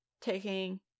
taking